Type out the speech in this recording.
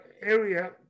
area